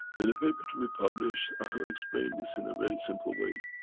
in a paper to be published, i have explained this in a very simple way.